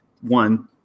one